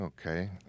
Okay